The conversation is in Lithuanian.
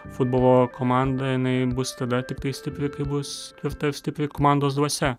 futbolo komanda jinai bus tada tiktai stipri kai bus ir ta stipri komandos dvasia